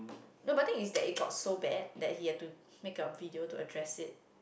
no but the thing is that it got so bad that he had to make a video to address it